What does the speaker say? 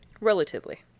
relatively